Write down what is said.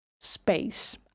space